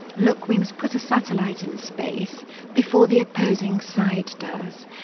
look, we must put a satellite in space before the opposing side does,